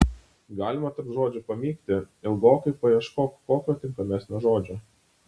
galima tarp žodžių pamykti ilgokai paieškot kokio tinkamesnio žodžio